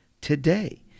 today